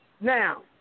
Now